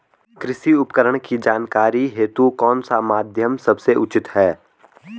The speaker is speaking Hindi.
कृषि उपकरण की जानकारी हेतु कौन सा माध्यम सबसे उचित है?